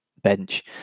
bench